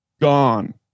gone